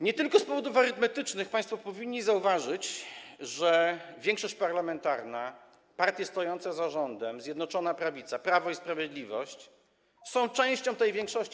Nie tylko z powodów arytmetycznych państwo powinni zauważyć, że większość parlamentarna, partie stojące za rządem, Zjednoczona Prawica, Prawo i Sprawiedliwość są częścią tej większości.